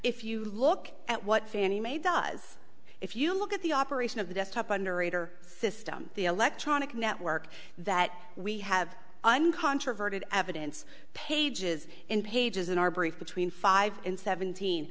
if you look at what fannie mae does if you look at the operation of the desktop underwriter system the electronic network that we have uncontroverted evidence pages and pages in our brief between five and seventeen